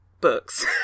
books